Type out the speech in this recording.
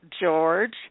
George